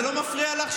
זה לא מפריע לך?